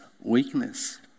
weakness